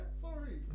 sorry